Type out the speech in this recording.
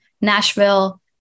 Nashville